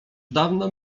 dawno